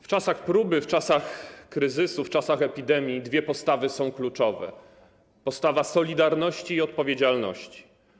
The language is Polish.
W czasach próby, w czasach kryzysu, w czasach epidemii dwie postawy są kluczowe: postawa solidarności i odpowiedzialności.